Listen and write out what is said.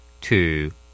two